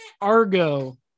Argo